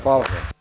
Hvala.